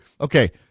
okay